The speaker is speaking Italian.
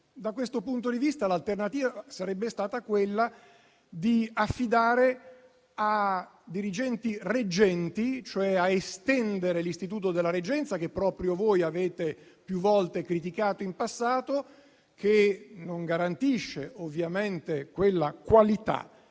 si sta svolgendo. L'alternativa sarebbe stata quella di affidare a dirigenti reggenti, e cioè estendere l'istituto della reggenza che proprio voi avete più volte criticato in passato e che non garantisce la qualità